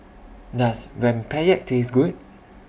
Does Rempeyek Taste Good